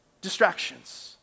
distractions